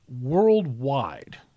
worldwide